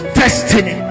destiny